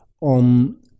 on